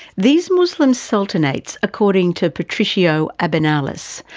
these muslim sultanates, according to patricio abinales,